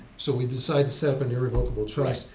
so we decide to set up an irrevocable trust,